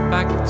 Back